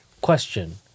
Question